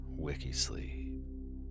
WikiSleep